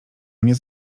mnie